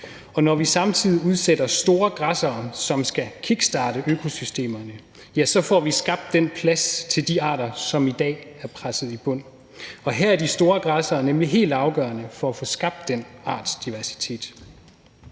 og når vi samtidig udsætter store græssere, som skal kickstarte økosystemerne, så får vi skabt plads til de arter, som i dag er presset i bund. Her er de store græssere nemlig helt afgørende for at få skabt den artsdiversitet.